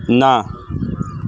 ନା